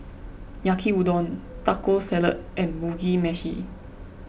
Yaki Udon Taco Salad and Mugi Meshi